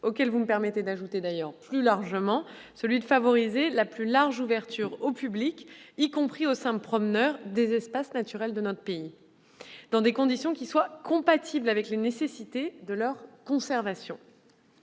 auquel vous me permettrez d'ajouter, plus largement, celui de favoriser la plus large ouverture au public, y compris aux simples promeneurs, des espaces naturels de notre pays, dans des conditions compatibles avec les nécessités de leur conservation.